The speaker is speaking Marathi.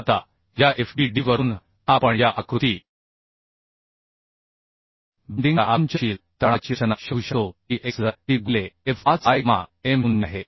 आता या f b d वरून आपण या आकृती बेंडिंग च्या आकुंचनशील तणावाची रचना शोधू शकतो जी x l t गुणिले f 5 बाय गॅमा m 0 आहे